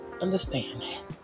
understand